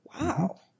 wow